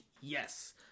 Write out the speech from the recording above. yes